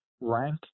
Rank